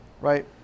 right